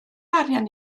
arian